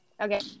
Okay